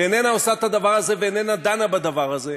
שאיננה עושה את הדבר הזה ואיננה דנה בדבר הזה,